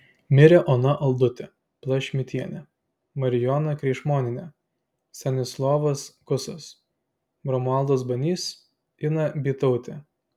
mirė ona aldutė palšmitienė marijona kreišmonienė stanislovas kusas romualdas banys ina bytautė